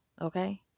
okay